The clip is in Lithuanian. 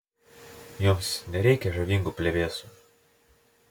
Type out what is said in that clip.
jums nereikia žavingų plevėsų